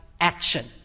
action